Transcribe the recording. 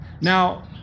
Now